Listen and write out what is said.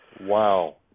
Wow